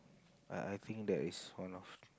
err I think that is one of